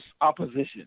opposition